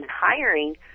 hiring